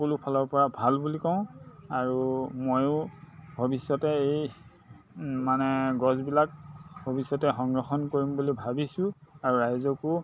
সকলোফালৰ পৰা ভাল বুলি কওঁ আৰু ময়ো ভৱিষ্যতে এই মানে গছবিলাক ভৱিষ্যতে সংৰক্ষণ কৰিম বুলি ভাবিছোঁ আৰু ৰাইজকো কওঁ